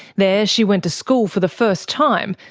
there she went to school for the first time,